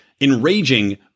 enraging